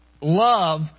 Love